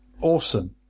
Awesome